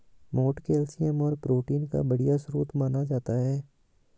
मोठ कैल्शियम और प्रोटीन का बढ़िया स्रोत माना जाता है